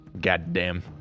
goddamn